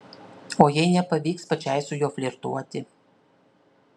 o jei nepavyks pačiai su juo flirtuoti